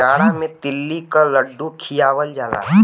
जाड़ा मे तिल्ली क लड्डू खियावल जाला